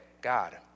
God